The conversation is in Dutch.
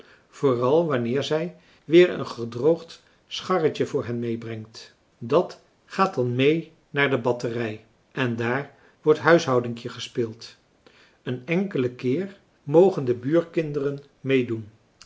vooral wanneer zij weer een gedroogd scharretje voor hen meebrengt dat gaat dan mee naar de batterij en daar wordt huishoudinkje gespeeld een enkelen keer mogen de buurkinderen meedoen